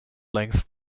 length